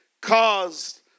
caused